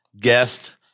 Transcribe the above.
Guest